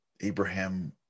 Abraham